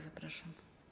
Zapraszam.